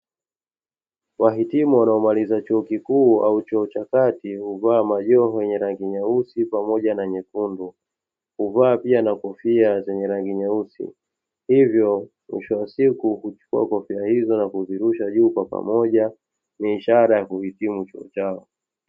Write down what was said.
Wahitimu waliomaliza chuo kikuu au chuo cha kati huvaa majoho yenye rangi nyeusi pamoja na nyekundu; huvaa pia na kofia zenye rangi nyeusi. Hivyo, mwisho wa siku huchukua kofia hizo na kuzirusha juu kwa pamoja ni ishara ya kuhitimu chuo chao.